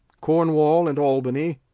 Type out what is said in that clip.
cornwall and albany,